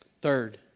Third